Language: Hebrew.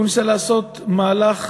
והוא ניסה לעשות מהלך